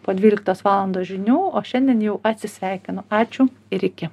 po dvyliktos valandos žinių o šiandien jau atsisveikinu ačiū ir iki